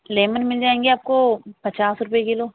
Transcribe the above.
lemon مل جائیں گے آپ کو پچاس روپئے کلو